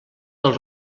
del